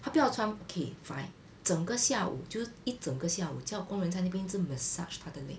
她不要穿 okay fine 整个下午就一整个下午叫工人在那边一直 massage 她的 leg